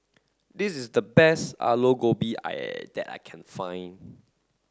this is the best Aloo Gobi that I can find